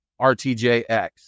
RTJX